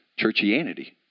churchianity